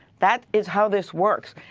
that is how this works.